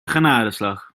genadeslag